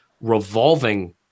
revolving